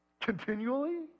continually